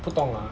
不懂啊